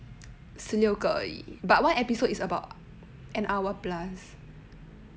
十六个而已 but one episode is about an hour plus